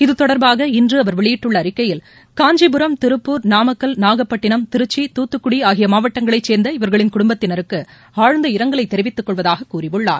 இது தொடர்பாக இன்று அவர் வெளியிட்டுள்ள அறிக்கையில் காஞ்சிபுரம் திருப்பூர் நாமக்கல் நாகப்பட்டினம் திருச்சி துத்துக்குடி ஆகிய மாவட்டங்களைச் சேர்ந்த இவர்களின் குடும்பத்தினருக்கு ஆழ்ந்த இரங்கலை தெரிவித்துக் கொள்வதாகவும் கூறியுள்ளார்